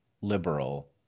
liberal